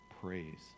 praise